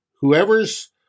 whoever's –